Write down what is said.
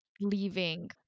leaving